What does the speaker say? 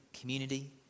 community